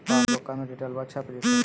पासबुका में डिटेल्बा छप जयते?